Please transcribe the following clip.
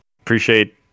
appreciate